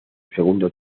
segundo